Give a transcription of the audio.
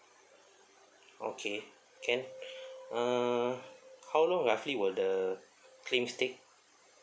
okay can uh how long roughly will the claims take